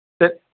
சரி